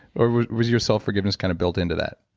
or was your self-forgiveness kind of built into that?